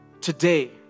Today